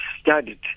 studied